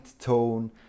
tone